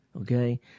okay